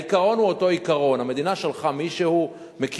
העיקרון הוא אותו עיקרון.